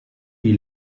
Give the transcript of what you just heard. die